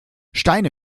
steine